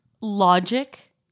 logic